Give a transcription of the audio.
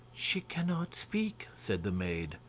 she cannot speak, said the maid.